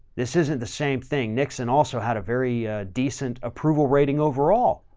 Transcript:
this isn't the same thing. nixon also had a very, a decent approval rating. overall,